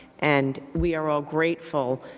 and we are all grateful